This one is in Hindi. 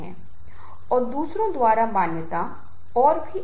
कुछ लोग सिर्फ दूसरों की मदद करने के लिए प्रेरित हो सकते हैं